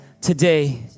Today